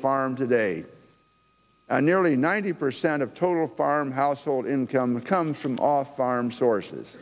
farm today a nearly ninety percent of total farm household income comes from off farm sources